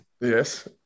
Yes